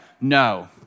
No